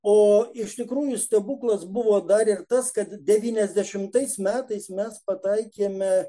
o iš tikrųjų stebuklas buvo dar ir tas kad devyniasdešimtais metais mes pataikėme